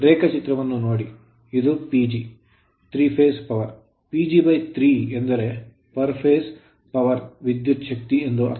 ರೇಖಾಚಿತ್ರವನ್ನು ನೋಡಿ ಇದು PG 3 ಫೇಸ್ ಪವರ್ PG 3 ಎಂದರೆ per phase ಪ್ರತಿ ಹಂತಕ್ಕೆ power ವಿದ್ಯುತ್ ಶಕ್ತಿ ಎಂದರ್ಥ